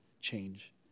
change